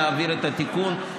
להעביר את התיקון,